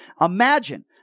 Imagine